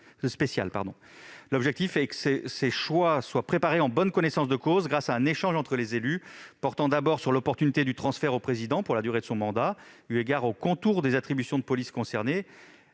L'objectif est que ces choix soient préparés en bonne connaissance de cause grâce à un échange entre les élus portant sur plusieurs points : l'opportunité du transfert au président pour la durée de son mandat, eu égard aux contours des attributions de police concernées